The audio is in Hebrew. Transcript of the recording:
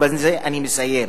ובזה אני מסיים.